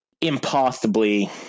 impossibly